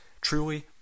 Truly